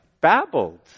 babbled